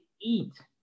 eat